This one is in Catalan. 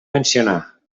mencionar